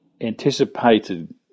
anticipated